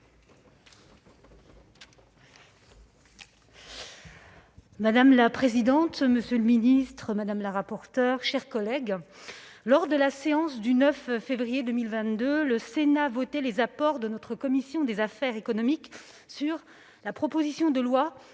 Madame la présidente, monsieur le secrétaire d'État, mes chers collègues, lors de la séance du 9 février 2022, le Sénat a voté les apports de notre commission des affaires économiques sur la proposition de loi